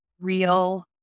real